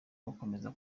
bakomeza